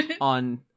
on